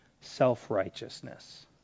Self-righteousness